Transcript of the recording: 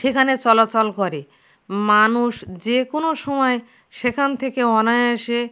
সেখানে চলাচল করে মানুষ যে কোনো সময় সেখান থেকে অনায়াসে